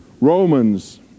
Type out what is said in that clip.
Romans